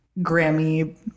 Grammy